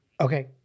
Okay